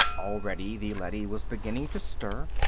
already the leady was beginning to stir.